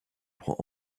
pour